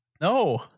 no